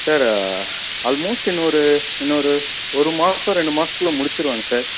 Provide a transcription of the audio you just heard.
sir almost இன்னும் ஒரு இன்னும் ஒரு ஒரு மாதம் ரெண்டு மாசத்துக்குள்ள முடிச்சிடுவாங்க சார்